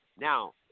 now